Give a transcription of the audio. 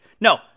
No